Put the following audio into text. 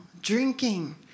drinking